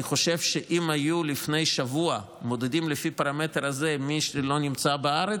אני חושב שאם היו לפני שבוע מודדים לפי הפרמטר הזה מי לא נמצא בארץ,